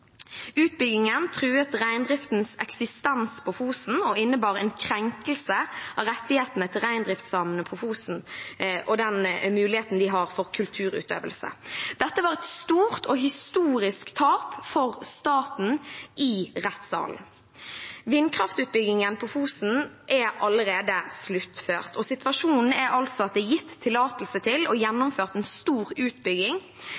Utbyggingen truet reindriftens eksistens på Fosen og innebar en krenkelse av rettighetene til reindriftssamene på Fosen og den muligheten de har for kulturutøvelse. Dette var et stort og historisk tap for staten i rettssalen. Vindkraftutbyggingen på Fosen er allerede sluttført, og situasjonen er altså at det er gitt tillatelse til og